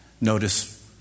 Notice